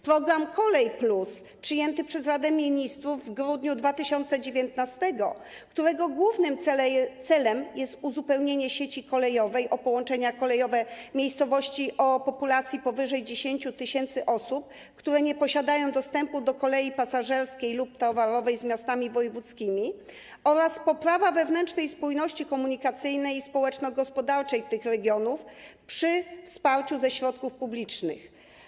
Program „Kolej+”, przyjęty przez Radę Ministrów w grudniu 2019 r. - jego głównym celem jest uzupełnienie sieci kolejowej o połączenia kolejowe miejscowości o populacji powyżej 10 tys. osób, które nie posiadają dostępu do kolei pasażerskiej lub towarowej, z miastami wojewódzkimi, oraz poprawa wewnętrznej spójności komunikacyjnej i społeczno-gospodarczej tych regionów przy wsparciu ze środków publicznych.